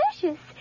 delicious